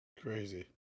Crazy